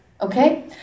okay